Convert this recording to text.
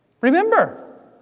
Remember